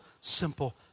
simple